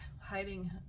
hiding